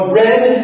red